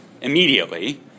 Immediately